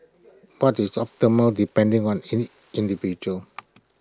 but it's optimal depending on any individual